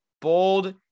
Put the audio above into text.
bold